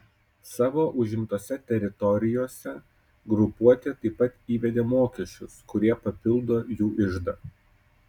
savo užimtose teritorijose grupuotė taip pat įvedė mokesčius kurie papildo jų iždą